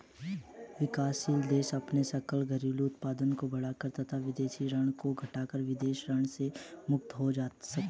विकासशील देश अपने सकल घरेलू उत्पाद को बढ़ाकर तथा विदेशी ऋण को घटाकर विदेशी ऋण से मुक्त हो सकते हैं